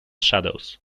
shadows